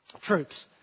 troops